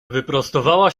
wyprostowała